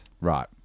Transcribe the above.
Right